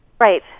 Right